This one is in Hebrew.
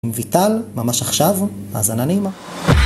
עם ויטל, ממש עכשיו, האזנה נעימה